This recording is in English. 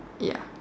ya